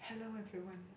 hello everyone